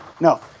No